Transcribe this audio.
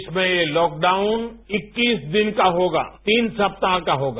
देश में यह लॉकडाउन इक्कीस दिन का होगा तीन सप्ताह का होगा